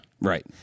Right